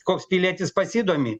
koks pilietis pasidomi